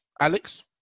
Alex